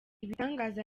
ibitangaza